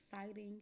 exciting